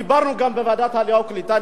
דיברנו גם בוועדת העלייה והקליטה,